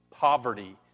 Poverty